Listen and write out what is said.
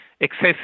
excessive